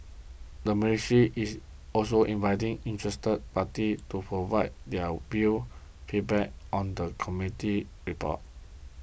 the mercy is also inviting interested parties to provide their views feedback on the committee's report